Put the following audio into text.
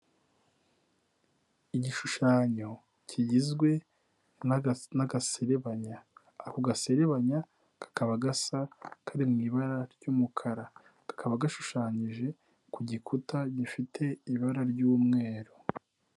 Igishushanyo kigizwe n'agaserebanya. Ako gaserebanya kakaba gasa kari mu ibara ry'umukara. Kakaba gashushanyije ku gikuta gifite ibara ry'umweru.